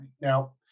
Now